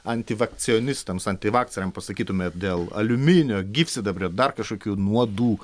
antivakcionistams antivakseriam pasakytumėt dėl aliuminio gyvsidabrio dar kažkokių nuodų